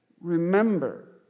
remember